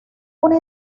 una